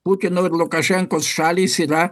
putino ir lukašenkos šalys yra